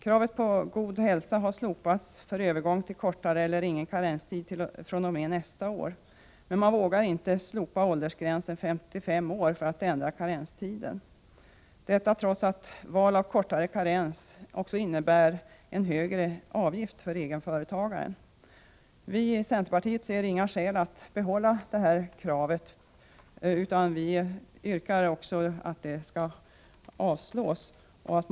Kravet på god hälsa har slopats för övergång till kortare eller ingen karenstid fr.o.m. nästa år. Men man vågar inte slopa kravet på åldersgränsen 55 år för att ändra karenstiden, detta trots att val av kortare karens innebär en högre avgift för egenföretagare. Vi i centerpartiet ser inga skäl att behålla detta krav, utan vi yrkar på att man inte längre ställer det kravet.